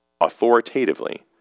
authoritatively